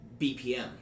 BPM